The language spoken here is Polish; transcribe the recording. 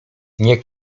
nie